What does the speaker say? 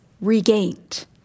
Regained